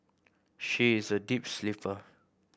she is a deep sleeper